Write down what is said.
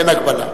אין הגבלה.